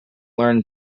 learn